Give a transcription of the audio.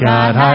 God